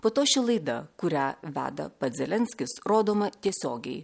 po to ši laida kurią veda pats zelenskis rodoma tiesiogiai